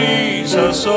Jesus